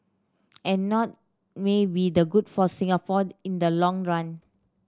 and not may be the good for Singapore in the long run